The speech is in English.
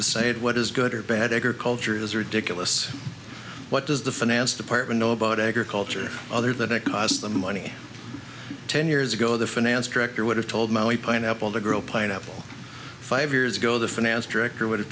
say what is good or bad agriculture is ridiculous what does the finance department know about agriculture other than it costs them money ten years ago the finance director would have told maui pineapple to grow pineapple five years ago the finance director would have